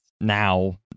now